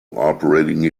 operating